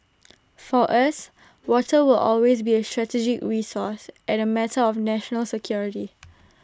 for us water will always be A strategic resource and A matter of national security